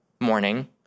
morning